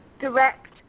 direct